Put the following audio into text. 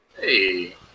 Hey